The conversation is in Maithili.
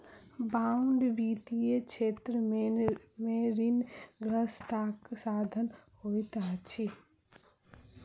बांड वित्तीय क्षेत्र में ऋणग्रस्तताक साधन होइत अछि